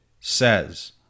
says